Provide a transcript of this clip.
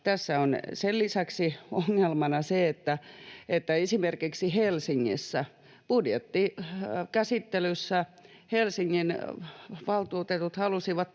Tässä on sen lisäksi ongelmana se, että esimerkiksi Helsingissä budjettikäsittelyssä Helsingin valtuutetut halusivat